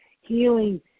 healing